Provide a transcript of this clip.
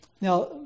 Now